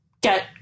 get